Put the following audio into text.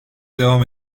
devam